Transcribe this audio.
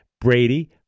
Brady